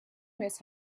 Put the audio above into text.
miss